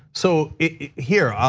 so here,